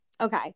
okay